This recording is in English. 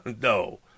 No